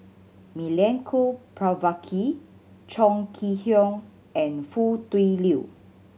Milenko Prvacki Chong Kee Hiong and Foo Tui Liew